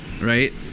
right